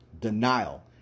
Denial